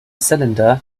cylinder